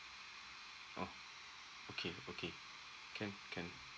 ok~ okay okay can can